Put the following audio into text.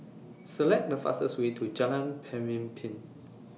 Select The fastest Way to Jalan Pemimpin